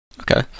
Okay